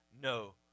no